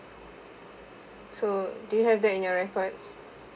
so do you have that in your record